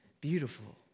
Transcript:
Beautiful